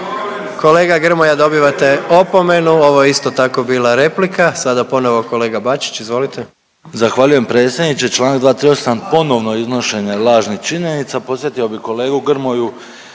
Kolega Grmoja, dobivate opomenu, ovo je isto tako bila replika. Sada ponovo kolega Bačić, izvolite. **Bačić, Ante (HDZ)** Zahvaljujem predsjedniče. Čl. 238., ponovno iznošenje lažnih činjenica. Podsjetio bi kolegu Grmoju